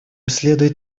следует